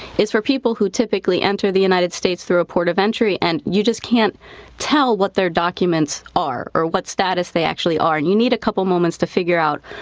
is for people who typically enter the united states through a port of entry. and you just can't tell what their documents are or what status they actually are, and you need a couple moments to figure out,